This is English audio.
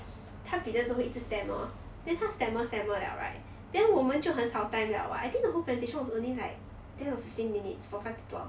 他 present 的时候会一直 stammer then 他 stammer stammer liao right then 我们就很少 time liao [what] I think the whole presentation was only like ten or fifteen minutes for five people